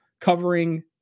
covering